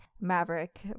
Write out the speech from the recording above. Maverick